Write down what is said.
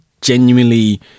genuinely